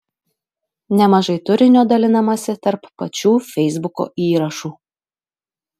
nemažai turinio dalinamasi tarp pačių feisbuko įrašų